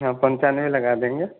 हाँ पंचानबे लगा देंगे